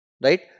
Right